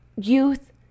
youth